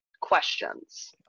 questions